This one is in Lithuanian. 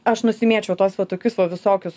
aš nusimėčiau tuos va tokius va visokius